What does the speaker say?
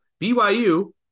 BYU